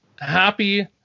happy